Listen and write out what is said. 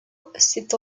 c’est